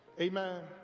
Amen